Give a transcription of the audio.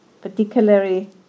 particularly